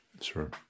Sure